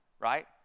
right